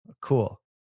Cool